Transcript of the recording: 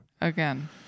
Again